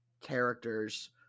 characters